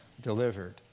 delivered